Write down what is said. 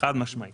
חיצוני